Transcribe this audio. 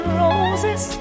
roses